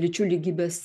lyčių lygybės